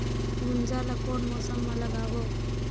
गुनजा ला कोन मौसम मा लगाबो?